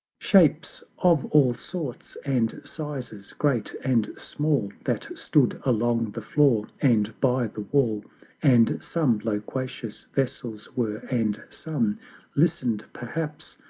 shapes of all sorts and sizes, great and small, that stood along the floor and by the wall and some loquacious vessels were and some listen'd perhaps,